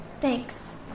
Thanks